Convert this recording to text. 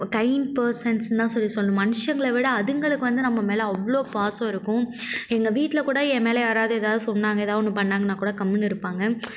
கைன் பர்சன்ஸ்னு தான் சொல்லி சொல்லணும் மனுஷங்களை விட அதுங்களுக்கு வந்து நம்ம மேல அவ்வளோ பாசம் இருக்கும் எங்கள் வீட்டில் கூட என் மேல் யாராவது ஏதாவது சொன்னாங்க எதாவது ஒன்று பண்ணாங்கனா கூட கம்முன்னு இருப்பாங்க பட்